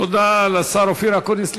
תודה לשר אופיר אקוניס.